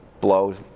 blows